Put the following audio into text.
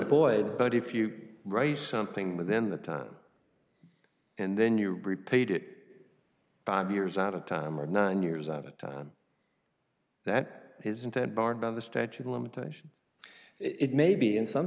boyd but if you write something within the time and then you repeat it five years out of time or nine years out of time that is intent barred by the statute of limitation it may be in some